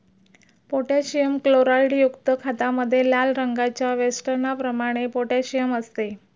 potassium क्लोराईडयुक्त खतामध्ये लाल रंगाच्या वेष्टनाप्रमाणे पोटॅशियम असते